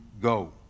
go